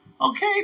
Okay